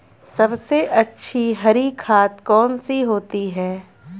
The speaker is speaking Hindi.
सबसे अच्छी हरी खाद कौन सी होती है?